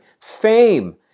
fame